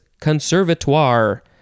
conservatoire